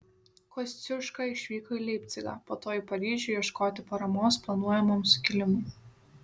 kosciuška išvyko į leipcigą po to į paryžių ieškoti paramos planuojamam sukilimui